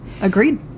Agreed